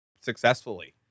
successfully